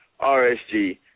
RSG